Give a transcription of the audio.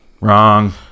wrong